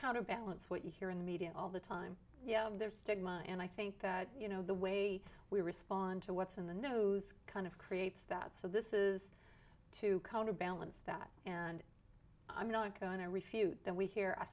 counterbalance what you hear in the media all the time you know of the stigma and i think that you know the way we respond to what's in the nose kind of creates that so this is to counterbalance that and i'm not going to refute that we hear a